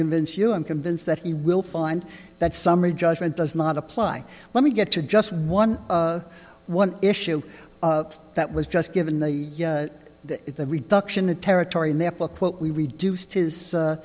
convince you i'm convinced that he will find that summary judgment does not apply let me get to just one one issue that was just given the reduction in territory and therefore quote we reduced his